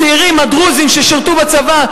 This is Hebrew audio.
הצעירים הדרוזים ששירתו בצבא,